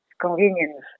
convenience